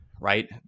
right